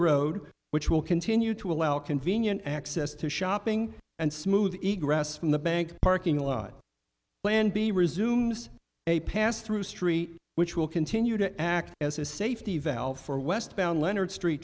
road which will continue to allow convenient access to shopping and smooth eat grass from the bank parking lot plan b resumes a pass through street which will continue to act as a safety valve for westbound lenard street